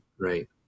right